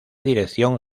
dirección